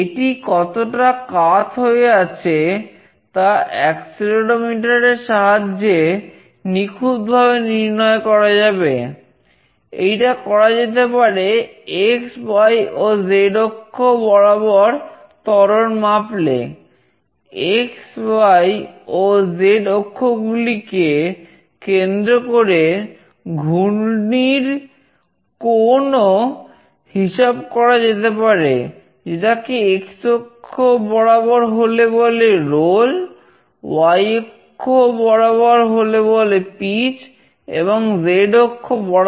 এটি কতটা কাত হয়ে আছে তা অ্যাক্সেলেরোমিটার